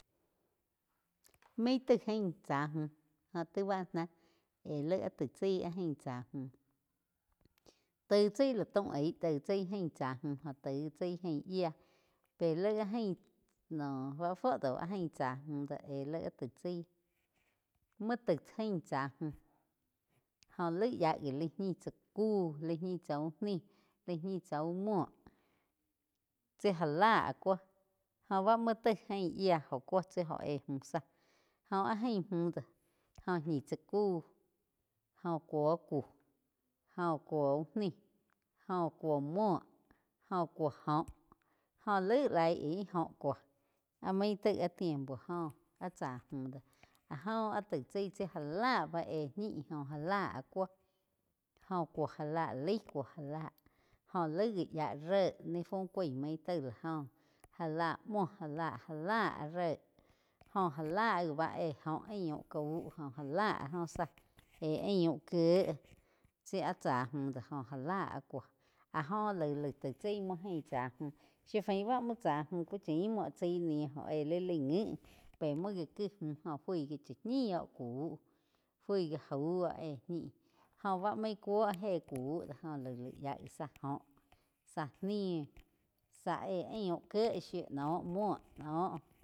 Main taig aín tsá múh jóh ti bá ná éh laig áh taig chaí áh jain tsá múh taig chái la taum aig, taig chaí jain tsá mju jo taig gi tsaí jain yía pe laig áh ain bá fuo dau áh jain tsá múh éh aig áh taig chaí muo taig ain tsá múh jó laig yá gi laig ñi tsá ku, laig ñi tsá úh nih laig ñi tsá úh muo tsi já lá cúo jó bá muo taig ain yía jó cuo tsi óh éh múh záh jóh áh jain múh do gó ñi tsá ku jóh cúo kuh, jo kuo uh ni jóh kuo múo joh cúo óh. Óh laig lai aig óh kúo áh main tai áh tiempo joh, jó áh tsá múh do áh joh áh taig chaí tsi já lah bá éh ñih jó já la kúo joh kuo já la laig kuo já la jo laig gi yá ré ni fu cuaíg maih taig la óh já la muo já la ré jóh já la gi bá éh óho aiun cau já la óh zah éh aiu kíeh tsi áh tsá múh dóh go já la cúo áh jóh laig, laig taig tzai múo ain tsá múh si fain bá muo tsá múh chim muo tsaí ni óh éh li laig ngi é muo gá ki múh gó fui gá cha ñi oh kúh fui gá au óh éh ñih jóh bá main kúo éh ku doh jóh yía gi zá joh zá níh zá éh aiun kie shiu nó muo nó.